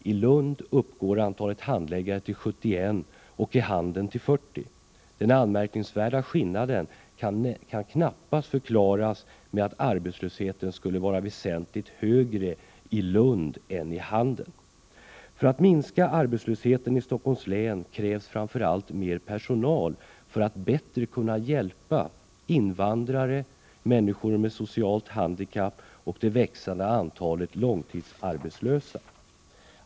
I Lund uppgår antalet handläggare till 71 och i Handen till 40. Denna anmärkningsvärda skillnad kan knappast förklaras med att arbetslösheten skulle vara väsentligt högre i Lund än i Handen. För att minska arbetslösheten i Stockholms län krävs framför allt mer personal för att kunna hjälpa invandrare, människor med socialt handikapp och det växande antalet långtidsarbetslösa.